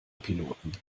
piloten